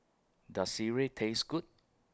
Does Sireh Taste Good